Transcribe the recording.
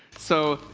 so,